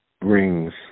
brings